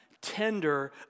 tender